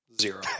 Zero